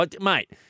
Mate